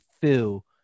feel